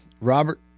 Robert